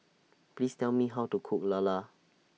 Please Tell Me How to Cook Lala